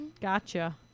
gotcha